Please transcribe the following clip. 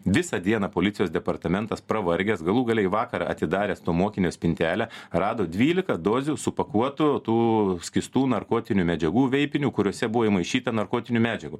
visą dieną policijos departamentas pravargęs galų gale į vakarą atidaręs to mokinio spintelę rado dvylika dozių supakuotų tų skystų narkotinių medžiagų veipinių kuriose buvo įmaišyta narkotinių medžiagų